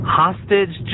hostage